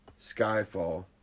Skyfall